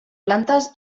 plantes